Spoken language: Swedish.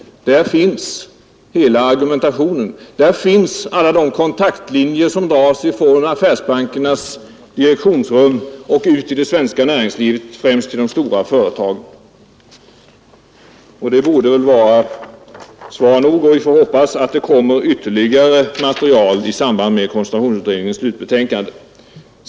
Där finns hela bakgrunden, och där beskrivs alla de kontaktlinjer som dras från affärsbankernas direktionsrum ut till det svenska näringslivet, främst till de stora företagen. Det borde vara svar nog. Vi får hoppas att det kommer ytterligare material i koncentrationsutredningens betänkande.